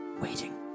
waiting